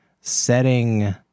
setting